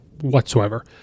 whatsoever